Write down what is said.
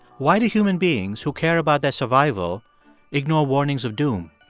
why do human beings who care about their survival ignore warnings of doom?